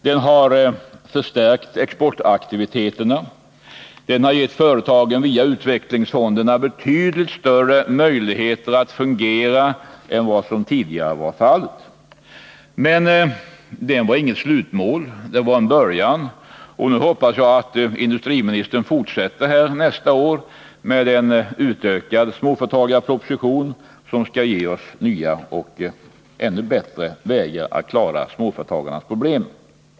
Den har förstärkt exportaktiviteterna och via utvecklingsfonderna gett företagen betydligt större möjligheter att fungera än vad som tidigare var fallet. Men den var inget slutmål. Det var en början, och jag hoppas industriministern fortsätter nästa år med en utökad småföretagarproposition, som skall ge oss nya och ännu bättre vägar att klara småföretagens problem.